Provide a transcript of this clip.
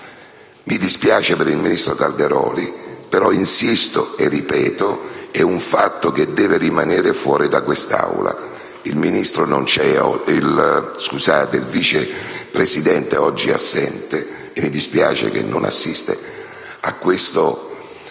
Mi dispiace per il vicepresidente Calderoli, ma insisto e ripeto che è un fatto che deve rimanere fuori da quest'Aula. Il Vice Presidente oggi è assente, e mi dispiace che non assista a questo